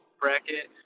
bracket